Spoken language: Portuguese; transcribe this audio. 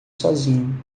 sozinho